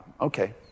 Okay